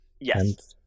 Yes